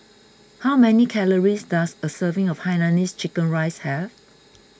how many calories does a serving of Hainanese Chicken Rice have